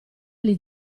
gli